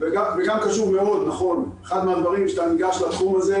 כשאתה ניגש לתחום הזה